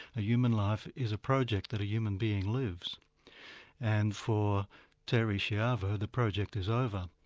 a human life is a project that a human being lives and for terry schiavo the project is over.